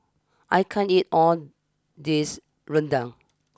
I can't eat all this Rendang